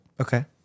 Okay